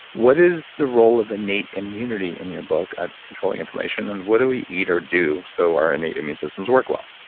what is the role of innate immunity in your book at controlling inflammation and what do we eat or do so our innate immune systems work well?